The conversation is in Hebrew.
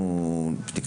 אליק